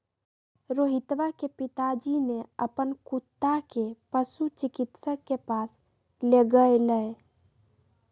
रोहितवा के पिताजी ने अपन कुत्ता के पशु चिकित्सक के पास लेगय लय